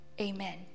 Amen